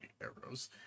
arrows